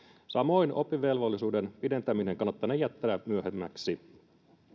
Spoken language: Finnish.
samoin oppivelvollisuuden pidentäminen kannattanee jättää myöhemmäksi